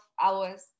hours